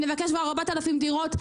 נבקש כבר 4,000 דירות.